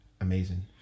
amazing